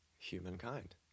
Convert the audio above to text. humankind